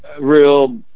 real